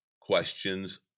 Questions